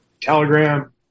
telegram